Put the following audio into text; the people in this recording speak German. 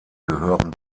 gehören